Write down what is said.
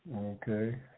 Okay